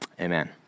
Amen